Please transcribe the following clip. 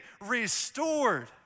restored